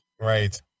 right